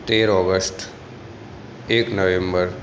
તેર ઑગસ્ટ એક નવૅમ્બર